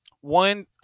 One